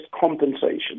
compensation